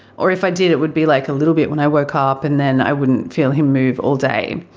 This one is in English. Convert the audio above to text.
or if i did it would be like a little bit when i woke up, and then i wouldn't feel him move all day.